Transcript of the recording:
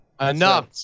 Enough